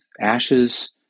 ashes